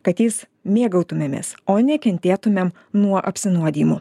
kad jais mėgautumėmės o ne kentėtumėm nuo apsinuodijimų